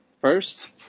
first